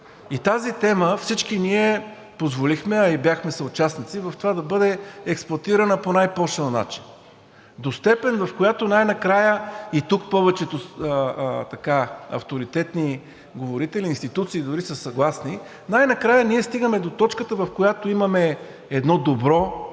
и тази тема всички ние позволихме, а и бяхме съучастници в това да бъде експлоатирана по най-пошлия начин до степен, в която най-накрая, и тук повечето авторитетни говорители, институции дори са съгласни, най-накрая ние стигаме до точката, в която имаме едно добро,